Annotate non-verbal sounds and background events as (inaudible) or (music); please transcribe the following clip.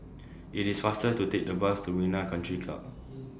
IT IS faster to Take The Bus to Marina Country Club (noise)